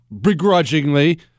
begrudgingly